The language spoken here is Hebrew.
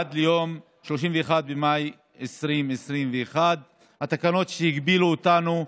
עד ליום 31 במאי 2021. התקנות שהגבילו אותנו,